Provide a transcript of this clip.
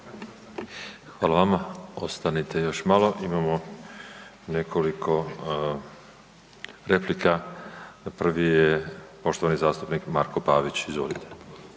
Hvala i vama. Ostanite još malo, imamo nekoliko replika. Prvi je poštovani zastupnik Marko Pavić. Izvolite.